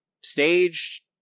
staged